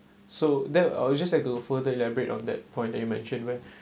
so then I will just like to further elaborate on that point that you mentioned where